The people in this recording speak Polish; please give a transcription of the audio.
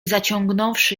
zaciągnąwszy